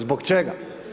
Zbog čega?